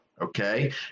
Okay